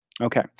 Okay